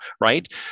right